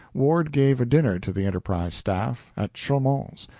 ward gave a dinner to the enterprise staff, at chaumond's,